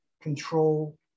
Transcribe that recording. Control